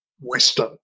Western